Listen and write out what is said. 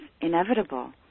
inevitable